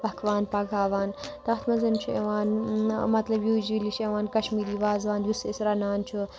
پکوان پکاوان تَتھ مَنٛز چھُ یِوان مطلب یوجوَلی چھُ یِوان کَشمیٖری وازوان چھُ یِوان یُس أسۍ رَنان چھُ